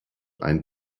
ein